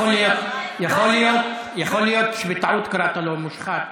יכול להיות שבטעות קראת לו מושחת,